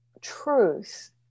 truth